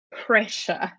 pressure